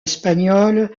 espagnole